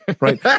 Right